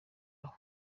aho